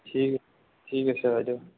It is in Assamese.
ঠিক ঠিক আছে বাইদেউ